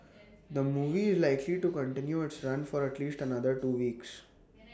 the movie is likely to continue its run for at least another two weeks